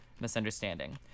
misunderstanding